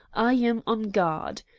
i am on guard.